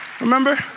Remember